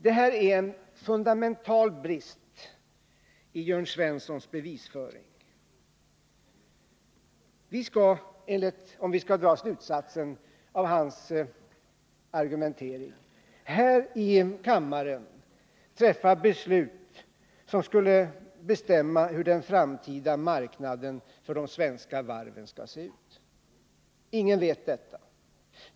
Det här är en fundamental brist i Jörn Svenssons bevisföring. Slutsatsen av hans argumentering blir att vi här i kammaren skall fatta beslut som skulle "bestämma hur den framtida marknaden för de svenska varven skall se ut. Ingen vet detta.